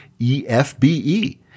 EFBE